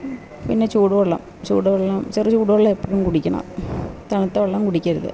പിന്നെ ചൂടു വെള്ളം ചൂടു വെള്ളം ചെറുചൂടു വെള്ളം എപ്പോഴും കുടിക്കണം തണുത്ത വെള്ളം കുടിക്കരുത്